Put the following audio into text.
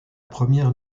première